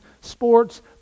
sports